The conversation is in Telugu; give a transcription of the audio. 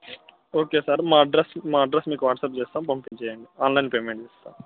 ఓకే సార్ మా అడ్రస్ మా అడ్రస్ మీకు వాట్సాప్ చేస్తాను పంపించేయండి ఆన్లైన్ పేమెంట్ చేస్తాను